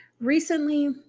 Recently